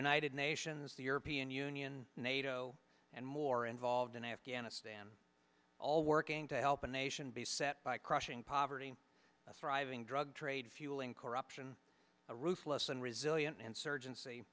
united nations the european union nato and more involved in afghanistan all working to help a nation be set by crushing poverty a thriving drug trade fueling corruption a ruthless and resilient insurgency